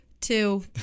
two